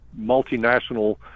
multinational